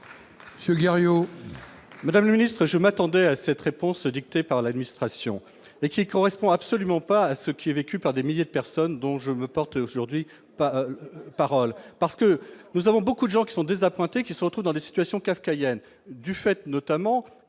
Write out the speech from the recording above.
Dominique Seux. Madame la ministre, je m'attendais à cette réponse dictée par l'administration et qui est correspond absolument pas à ce qui est vécu par des milliers de personnes donc je me porte aujourd'hui pas parole parce que nous avons beaucoup de gens qui sont désappointés, qui se retrouvent dans des situations kafkaïennes, du fait notamment